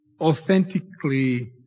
authentically